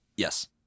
Yes